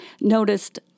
noticed